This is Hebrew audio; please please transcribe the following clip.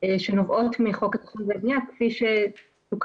שנובעות מחוק התכנון והבנייה כפי שתוקן,